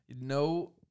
No